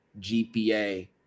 GPA